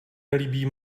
nelíbí